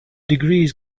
degrees